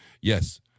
Yes